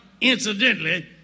Incidentally